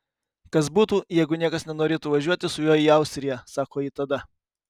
kas būtų jeigu niekas nenorėtų važiuoti su juo į austriją sako ji tada